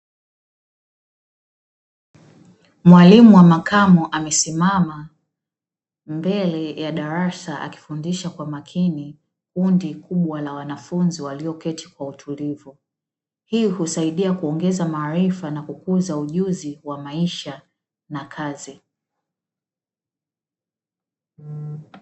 Mwalimu wa makamo amesimama mbele ya darasa akifundisha kwa makini kundi kubwa la wanafunzi walioketi kwa utulivu. Hii husaidia kuongeza maarifa na kukuza ujuzi wa maisha na kazi.